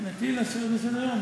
מבחינתי, להשאיר בסדר-היום.